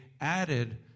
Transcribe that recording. added